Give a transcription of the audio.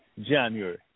January